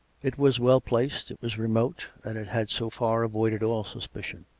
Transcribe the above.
it was well placed it was remote and it had so far avoided all suspicion.